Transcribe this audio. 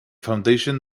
foundation